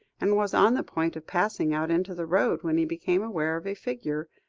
and was on the point of passing out into the road, when he became aware of a figure,